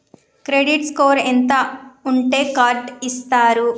Credit score ఎంత ఉంటే card ఇస్తారు?